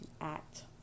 act